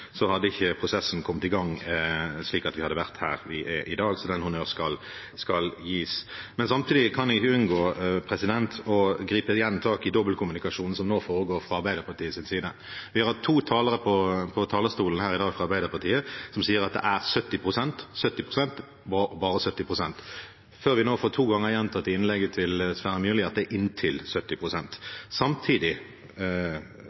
hadde ikke prosessen kommet i gang slik at vi hadde vært her vi er i dag. Så den honnøren skal gis. Men samtidig kan jeg ikke – igjen – unngå å gripe tak i dobbeltkommunikasjonen som foregår fra Arbeiderpartiets side. Vi har hatt to talere fra Arbeiderpartiet på talerstolen her i dag, som sier at det er 70 pst. – bare 70 pst. – før vi nå to ganger får gjentatt i innlegget fra Sverre Myrli at det er inntil